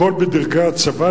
הכול בדרגי הצבא,